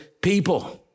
people